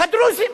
הדרוזים,